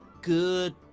good